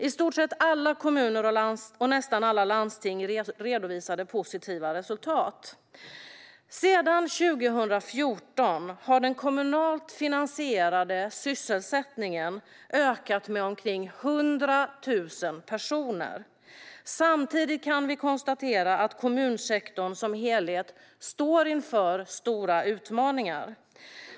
I stort sett alla kommuner och nästan alla landsting redovisade positiva resultat. Sedan 2014 har den kommunalt finansierade sysselsättningen ökat med omkring 100 000 personer. Samtidigt kan vi konstatera att kommunsektorn som helhet står inför stora utmaningar.